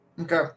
Okay